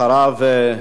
אחריו,